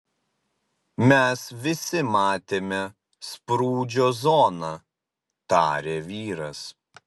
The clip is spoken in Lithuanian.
mes visi matėme sprūdžio zoną tarė vyras